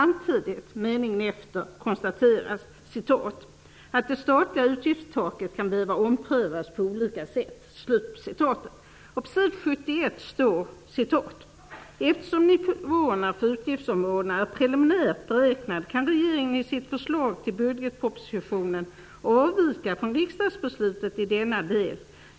Men i meningen därefter konstaterar man att "de statliga utgiftstaket kan behöva omprövas på olika sätt". På s. 71 står det att "eftersom nivåerna för utgiftsområdena är preliminärt beräknade, kan regeringen i sitt förslag till bugetpropositionen avvika från riksdagsbeslutet i denna del.